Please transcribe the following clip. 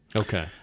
okay